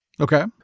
Okay